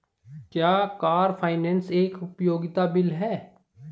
क्या car finance एक उपयोगिता बिल है?